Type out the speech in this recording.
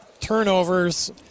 turnovers